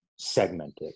segmented